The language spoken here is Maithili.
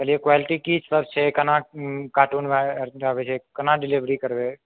कहलियै क्वालिटी की सब छै कोना कार्टून मे अबै छै कोना डिलेवरी करबै